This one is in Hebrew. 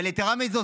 אבל יתרה מזו,